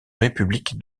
république